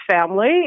family